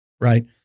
right